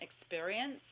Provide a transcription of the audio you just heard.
experience